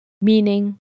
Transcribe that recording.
meaning